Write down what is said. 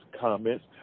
comments